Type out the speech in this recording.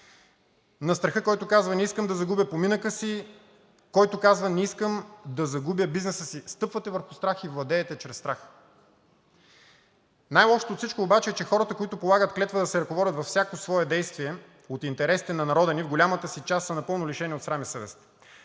администрацията!“, „Не искам да загубя поминъка си!“, който казва: „Не искам да загубя бизнеса си!“ Стъпвате върху страх и владеете чрез страх. Най-лошото от всичко е обаче, че хората, които полагат клетва да се ръководят във всяко свое действие от интересите на народа, в голямата си част са напълно лишени от срам и съвест.